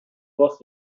باف